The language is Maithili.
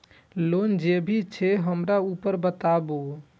लोन जे भी छे हमरा ऊपर बताबू?